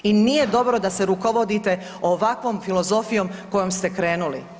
I nije dobro da se rukovodite ovakvom filozofijom kojom ste krenuli.